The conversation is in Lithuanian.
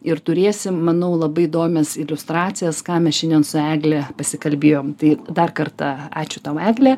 ir turėsim manau labai įdomias iliustracijas ką mes šiandien su egle pasikalbėjom tai dar kartą ačiū tau egle